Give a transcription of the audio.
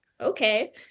Okay